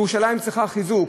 ירושלים צריכה חיזוק,